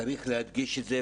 צריך להדגיש את זה,